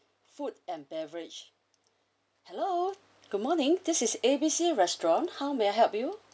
food and beverage hello good morning this is A B C restaurant how may I help you